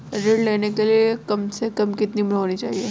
ऋण लेने के लिए कम से कम कितनी उम्र होनी चाहिए?